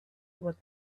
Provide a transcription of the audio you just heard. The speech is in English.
what